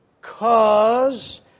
cause